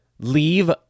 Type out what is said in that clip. leave